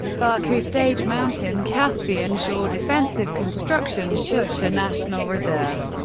baku stage mountain, caspian shore defensive constructions, shusha national reserve,